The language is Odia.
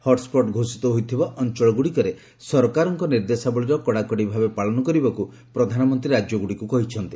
ହଟ୍ସଟ୍ ଘୋଷିତ ହୋଇଥିବା ଅଞ୍ଚଳଗୁଡ଼ିକରେ ସରକାରଙ୍କ ନିର୍ଦ୍ଦେଶାବଳୀର କଡ଼ାକଡ଼ି ଭାବେ ପାଳନ କରିବାକୁ ପ୍ରଧାନମନ୍ତ୍ରୀ ରାଜ୍ୟଗୁଡ଼ିକୁ କହିଛନ୍ତି